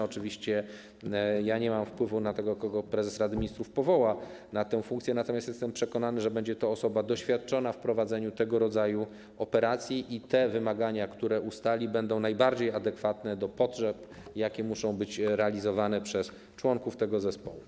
Oczywiście ja nie mam wpływu na to, kogo prezes Rady Ministrów powoła na tę funkcję, natomiast jestem przekonany, że będzie to osoba doświadczona w prowadzeniu tego rodzaju operacji, i wymagania, które ustali, będą najbardziej adekwatne do potrzeb, na jakie muszą odpowiadać członkowie tego zespołu.